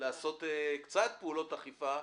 -- לבין לעשות קצת פעולות אכיפה.